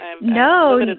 No